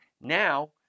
now